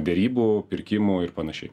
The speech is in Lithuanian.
derybų pirkimų ir panašiai